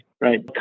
right